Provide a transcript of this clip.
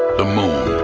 the moon,